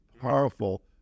powerful